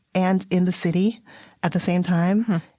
and in the city at the same time,